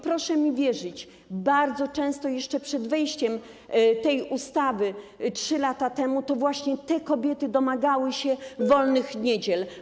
Proszę mi wierzyć, że bardzo często, jeszcze przed wejściem tej ustawy 3 lata temu, to właśnie te kobiety domagały się wolnych niedziel.